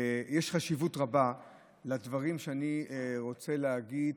יש חשיבות רבה לדברים שאני רוצה להגיד.